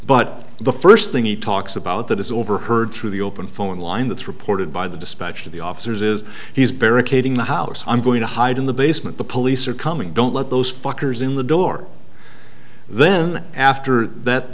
but the first thing he talks about that is overheard through the open phone line that's reported by the dispatch of the officers is he's barricaded in the house i'm going to hide in the basement the police are coming don't let those fuckers in the door then after that